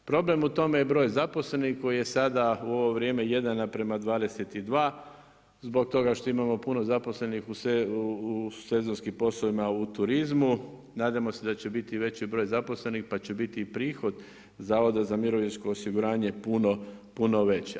Problem u tome je broj zaposlenih koji je sada u ovo vrijeme 1:22 zbog toga što imamo puno zaposlenih u sezonskim poslovima u turizmu, nadamo se da će biti veći broj zaposlenih pa će biti i prihod Zavoda za mirovinsko osiguranje puno veće.